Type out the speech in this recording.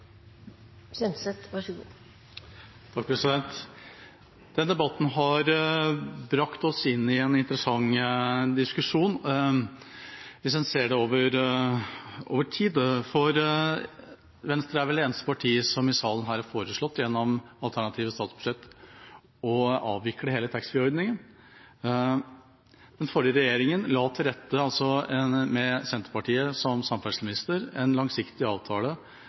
debatten har brakt oss inn i en interessant diskusjon hvis en ser det over tid. Venstre er vel det eneste partiet her i salen som har foreslått gjennom alternative statsbudsjett å avvikle hele taxfree-ordninga. Den forrige regjeringa, med samferdselsminister fra Senterpartiet, la til rette for en langsiktig avtale for Avinor fram til 2023, som